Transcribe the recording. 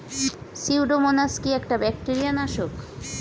Pseudomonas কি একটা bacteria নাশক?